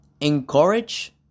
encourage